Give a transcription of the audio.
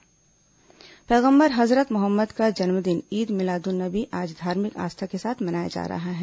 मिलाद उन नबी पैगम्बर हजरत मोहम्मद का जन्मदिन ईद मिलाद उन नबी आज धार्मिक आस्था के साथ मनाया जा रहा है